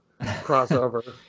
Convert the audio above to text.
crossover